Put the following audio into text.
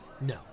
No